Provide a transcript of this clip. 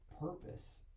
purpose